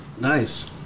Nice